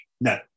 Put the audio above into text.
No